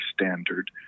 standard